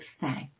thanks